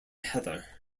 heather